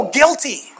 guilty